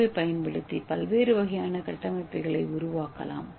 ஏவைப் பயன்படுத்தி பல்வேறு வகையான கட்டமைப்புகளை உருவாக்கலாம்